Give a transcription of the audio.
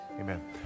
Amen